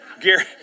Gary